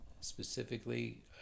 specifically